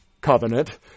covenant